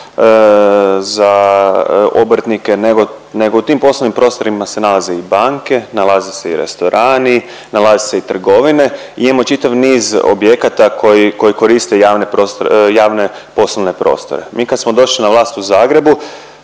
za obrtnike, nego, nego u tim poslovnim prostorima se nalaze i banke, nalaze se i restorani, nalaze se i trgovine i imamo čitav niz objekata koji, koji koriste javne prostore, javne poslovne prostore. Mi kad smo došli na vlast u Zagrebu